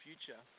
future